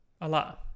Allah